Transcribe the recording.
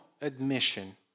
admission